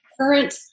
current